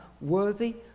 worthy